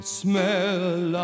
smell